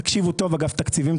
תקשיבו טוב אגף תקציבים,